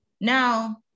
now